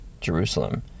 Jerusalem